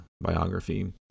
biography